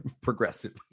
progressive